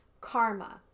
Karma